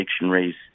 dictionaries